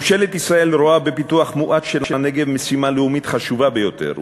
ממשלת ישראל רואה בפיתוח מואץ של הנגב משימה לאומית חשובה ביותר,